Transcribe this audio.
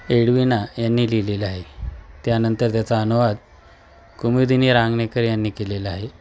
Edwina यांनी लिहिलेलं आहे त्यानंतर त्याचा अनुवाद कुमुदिनी रांगणेकर यांनी केलेला आहे